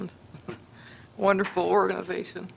one wonderful organization